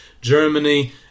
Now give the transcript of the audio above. Germany